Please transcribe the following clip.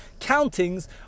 countings